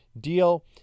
deal